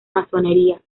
masonería